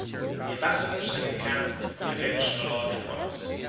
the ambassadors had encamped on the edge of a large morass.